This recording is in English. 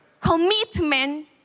Commitment